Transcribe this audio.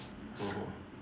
mmhmm